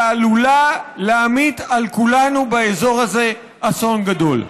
שעלולה להמיט על כולנו באזור הזה אסון גדול.